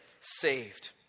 saved